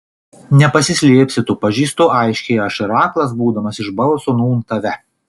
nepasislėpsi tu pažįstu aiškiai aš ir aklas būdamas iš balso nūn tave